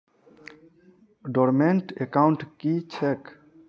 Dormant account की छैक?